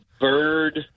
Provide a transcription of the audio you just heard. bird